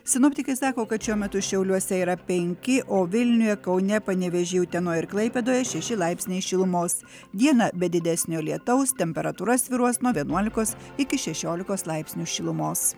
sinoptikai sako kad šiuo metu šiauliuose yra penki o vilniuje kaune panevėžy utenoj ir klaipėdoje šeši laipsniai šilumos dieną be didesnio lietaus temperatūra svyruos nuo vienuolikos iki šešiolikos laipsnių šilumos